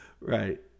Right